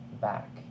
back